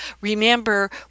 Remember